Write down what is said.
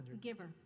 giver